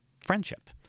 friendship